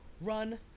run